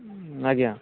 ଆଜ୍ଞା